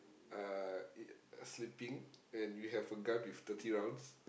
uh it sleeping and you have a gun with thirty rounds